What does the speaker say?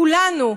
כולנו,